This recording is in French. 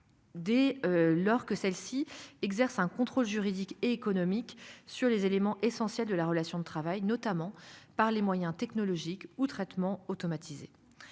Dès lors que celle-ci exerce un contrôle juridique et économique sur les éléments essentiels de la relation de travail notamment par les moyens technologiques ou traitement automatisé